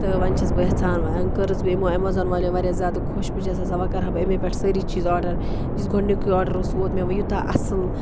تہٕ وَنۍ چھَس بہٕ یَژھ ان کٔرٕس بہٕ یِمَو ایٚمَزان والیو واریاہ زیادٕ خۄش بہٕ چھَس آسان وٕ کران أمۍ پٮ۪ٹھ سٲری چیٖز آرَڈَر یُس گۄڈنیُکے آرڈَر اوسُ ووتمُت مےٚ یوٗتاہ اَصٕل